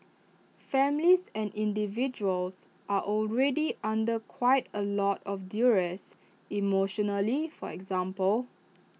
families and individuals are already under quite A lot of duress emotionally for example